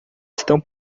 estão